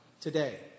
today